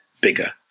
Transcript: bigger